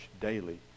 daily